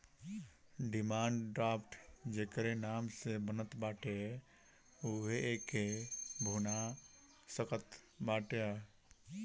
demand draft जेकरी नाम से बनत बाटे उहे एके भुना सकत बाटअ